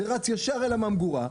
זה רץ ישר לממגורה.